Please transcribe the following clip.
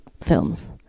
films